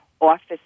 office